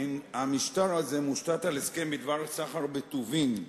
המשטר הזה מושתת על הסכם בדבר סחר בטובין,